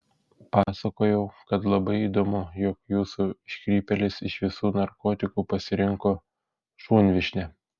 pasakojau kad labai įdomu jog jūsų iškrypėlis iš visų narkotikų pasirinko šunvyšnę